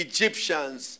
Egyptians